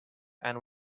and